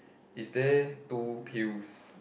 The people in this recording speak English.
is there two pills